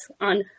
on